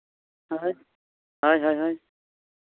ᱦᱳᱭ ᱦᱳᱭ ᱦᱳᱭ